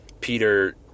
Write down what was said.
Peter